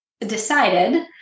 decided